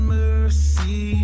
mercy